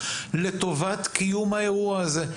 לטובת קיום האירוע הזה.